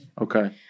Okay